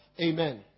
Amen